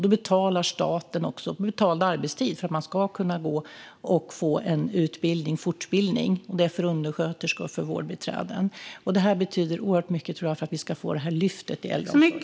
Då betalar staten så att man på betald arbetstid ska kunna få en fortbildning; det gäller undersköterskor och vårdbiträden. Detta betyder, tror jag, oerhört mycket för att vi ska få lyftet i äldreomsorgen.